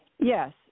Yes